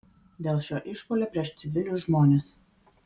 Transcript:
dėl šio išpuolio prieš civilius žmones